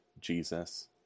Jesus